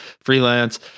freelance